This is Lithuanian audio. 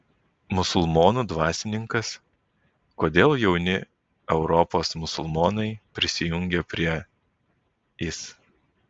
musulmonų dvasininkas kodėl jauni europos musulmonai prisijungia prie is